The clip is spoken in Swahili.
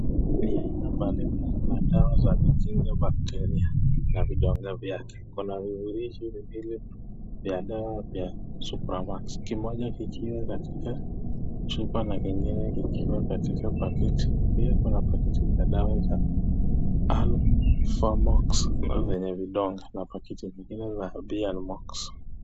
Ni aina mbali mbali za madawa za kukinga bacteria na vidonge vyake. Kuna vifurushi viwili vya dawa vya Supermax, kimoja kikiwa katika chupa na kingine kikiwa katika pakiti. Pia kuna pakiti za dawa za Al-phamax na vyenye vidonge na pakiti vingine vya Bienmox.